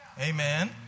Amen